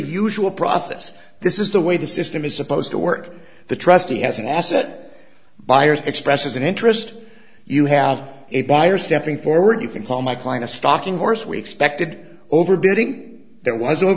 usual process this is the way the system is supposed to work the trustee has an asset buyers expresses an interest you have a buyer stepping forward you can call my client a stalking horse we expected overbidding there was o